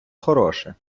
хороше